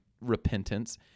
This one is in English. repentance